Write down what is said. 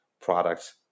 products